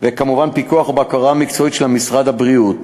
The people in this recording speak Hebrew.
כמובן פיקוח ובקרה מקצועיים של משרד הבריאות,